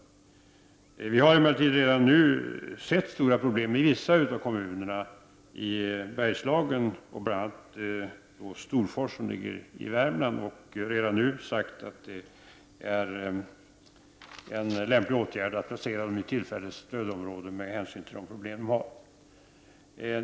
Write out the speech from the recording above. Regeringen har emellertid redan nu sett stora problem i vissa kommuner i Bergslagen, bl.a. i Storfors i Värmland, och vi har sagt att det vore en lämplig åtgärd att placera dessa kommuner i tillfälligt stödområde med hänsyn till de problem som de har.